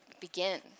begin